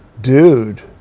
dude